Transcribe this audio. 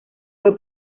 fue